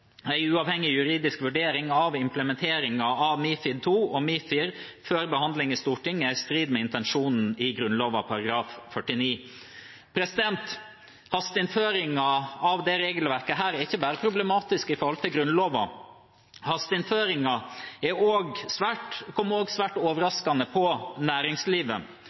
av MiFID II og MiFIR før behandling i Stortinget er i strid med intensjonen i Grunnloven § 49. Hasteinnføringen av dette regelverket er ikke bare problematisk med hensyn til Grunnloven, det kom også svært overraskende på næringslivet.